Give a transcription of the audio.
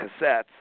cassettes